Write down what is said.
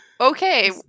Okay